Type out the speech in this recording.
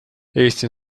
eesti